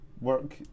work